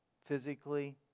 physically